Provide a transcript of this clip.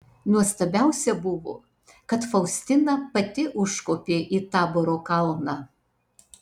nuostabiausia buvo kad faustina pati užkopė į taboro kalną